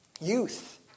Youth